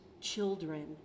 children